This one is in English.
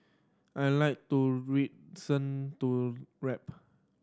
I like to to rap